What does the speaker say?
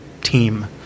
team